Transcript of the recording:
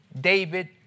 David